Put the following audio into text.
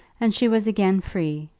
and she was again free,